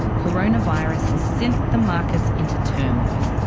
coronavirus has sent the markets into turmoil.